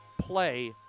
play